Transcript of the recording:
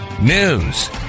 news